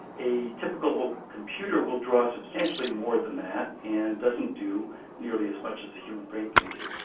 a typical computer will draw substantially more than that and doesn't do nearly as much as a human brain can do.